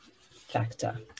factor